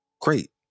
great